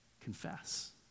confess